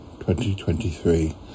2023